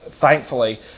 thankfully